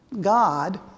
God